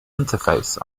interface